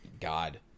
God